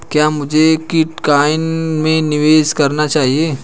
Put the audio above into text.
क्या मुझे बिटकॉइन में निवेश करना चाहिए?